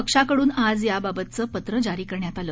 पक्षाकडून आज याबाबतचं पत्र जारी करण्यात आलं